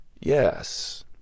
yes